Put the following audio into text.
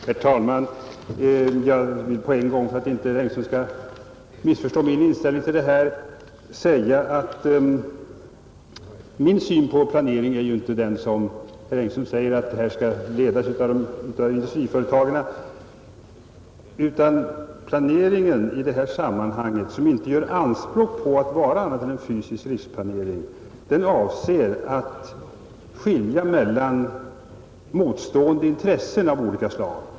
Herr talman! Jag vill på en gång för att herr Engström inte skall missförstå min inställning säga att jag inte ser på den här frågan på samma sätt som herr Engström, som menar att planeringen leds av industriföretagen. En planering i detta sammanhang, som inte gör anspråk på att vara annat än en fysisk riksplanering, skall tjäna syftet att skilja mellan motsatta intressen av olika slag.